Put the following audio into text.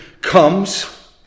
comes